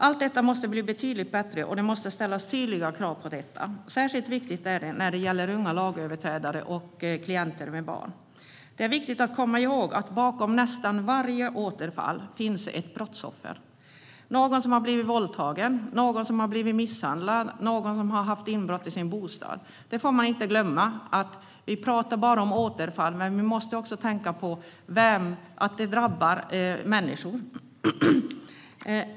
Allt detta måste bli betydligt bättre, och det måste ställas tydliga krav. Särskilt viktigt är detta när det gäller unga lagöverträdare och klienter med barn. Det är viktigt att komma ihåg att det finns ett brottsoffer bakom nästan varje återfall - någon som blivit våldtagen, någon som blivit misshandlad, någon som haft inbrott i bostaden. Det får man inte glömma. Vi pratar ibland bara om själva återfallen, men vi måste också tänka på att de drabbar människor.